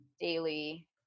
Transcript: daily